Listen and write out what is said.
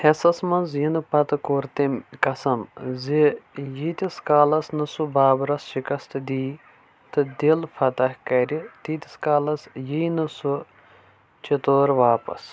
ہیٚسس منٛز یِنہٕ پتہٕ کوٚر تٔمۍ قسم زِ ییٖتِس کالس نہٕ سُہ بابرس شِکست دی تہٕ دِل فتح کرِ تیٖتِس کالس یی نہٕ سُہ چِتور واپس